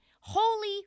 Holy